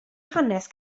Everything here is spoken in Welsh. hanes